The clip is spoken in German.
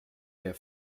der